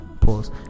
Pause